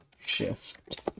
shift